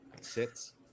sits